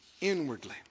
inwardly